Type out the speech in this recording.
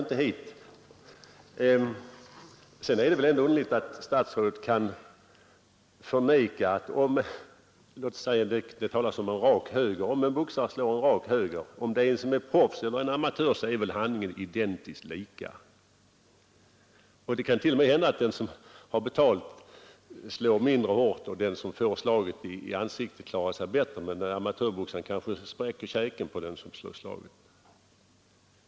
Men de sakerna hör som sagt inte hit. Låt oss i stället tänka oss en boxare som slår en rak höger. Om det är en professionell boxare eller en amatör som gör det, så är väl ändå handlingen densamma i båda fallen. Det kan t.o.m. vara så att den som har betalt för att boxas slår mindre hårt och att hans motståndare som får slaget i ansiktet klarar sig bättre än amatörboxaren, som kanske får käken spräckt.